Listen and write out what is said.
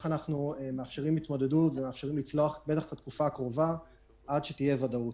מאפשרים התמודדות ומאפשרים לצלוח את התקופה הקרובה עד שתהיה ודאות.